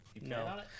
no